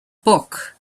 book